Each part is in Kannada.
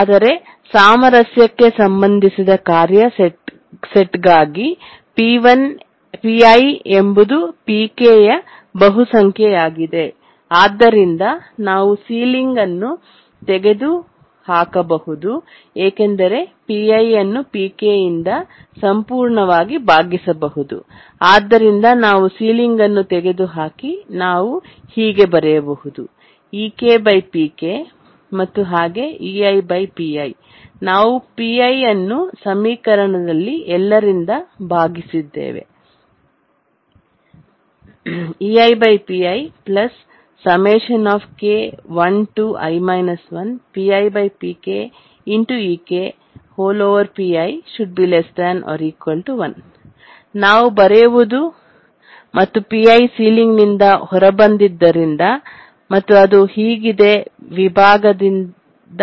ಆದರೆ ಸಾಮರಸ್ಯಕ್ಕೆ ಸಂಬಂಧಿಸಿದ ಕಾರ್ಯ ಸೆಟ್ಗಾಗಿ Pi ಎಂಬುದು Pk ಯ ಬಹುಸಂಖ್ಯೆಯಾಗಿದೆ ಆದ್ದರಿಂದ ನಾವು ಸೀಲಿಂಗ್ ಅನ್ನು ತೊಡೆದುಹಾಕಬಹುದು ಏಕೆಂದರೆ Pi ಅನ್ನು Pk ಯಿಂದ ಸಂಪೂರ್ಣವಾಗಿ ಭಾಗಿಸಬಹುದು ಆದ್ದರಿಂದ ನಾವು ಸೀಲಿಂಗ್ ಅನ್ನು ತೆಗೆದುಹಾಕಿ ನಾವು ಬರೆಯಬಹುದು ಮತ್ತು ಹಾಗೆ ನಾವು Pi ಅನ್ನು ಸಮೀಕರಣದಲ್ಲಿ ಎಲ್ಲರಿಂದ ಭಾಗಿಸಿದ್ದೇವೆ ನಾವು ಬರೆಯುವುದು ಮತ್ತು Pi ಸೀಲಿಂಗ್ನಿಂದ ಹೊರಬಂದಿದ್ದರಿಂದ ಮತ್ತು ಅದು ಹೀಗಿದೆ ವಿಭಾಗದಿಂದ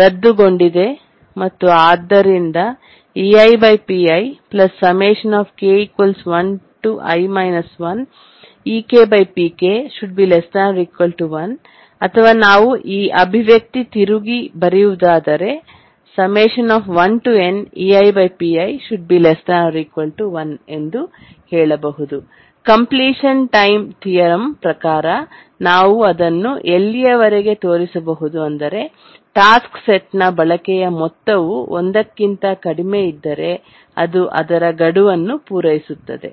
ರದ್ದುಗೊಂಡಿದೆ ಮತ್ತು ಆದ್ದರಿಂದ ಅಥವಾ ನಾವು ಈ ಅಭಿವ್ಯಕ್ತಿ ತಿರುಗಿ ಬರೆಯುವುದಾದರೆ ಕಂಪ್ಲೀಷನ್ ಟೈಮ್ ತಿಯರಂ ಪ್ರಕಾರ ನಾವು ಅದನ್ನು ಎಲ್ಲಿಯವರೆಗೆ ತೋರಿಸಬಹುದು ಅಂದರೆ ಟಾಸ್ಕ್ ಸೆಟ್ನ ಬಳಕೆಯ ಮೊತ್ತವು 1 ಕ್ಕಿಂತ ಕಡಿಮೆಯಿದ್ದರೆ ಅದು ಅದರ ಗಡುವನ್ನು ಪೂರೈಸುತ್ತದೆ